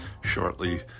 shortly